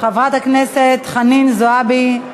חברת הכנסת חנין זועבי,